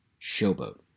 showboat